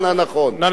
נא לסיים, אדוני.